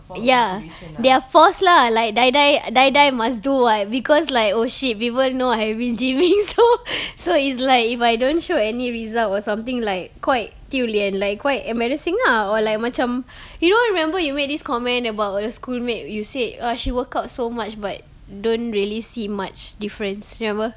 ya they're forced lah like die die a~ die die must do [what] because like oh shit people know I've been gym-ing so so it's like if I don't show any result or something like quite 丢脸 like quite embarrassing lah or like macam you know remember you made this comment about a schoolmate you said ugh she workout so much but don't really see much difference remember